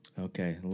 Okay